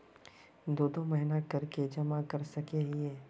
दो दो महीना कर के जमा कर सके हिये?